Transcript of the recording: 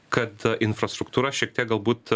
kad infrastruktūra šiek tiek galbūt